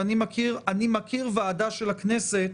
ואני מכיר ועדה של הכנסת